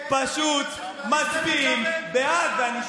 פשוט מצביעים בעד.